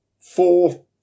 Four